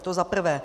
To za prvé.